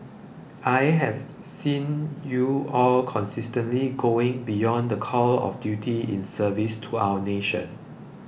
I have seen you all consistently going beyond the call of duty in service to our nation